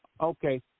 Okay